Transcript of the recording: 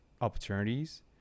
opportunities